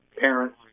parents